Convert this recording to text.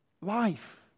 life